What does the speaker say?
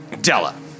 Della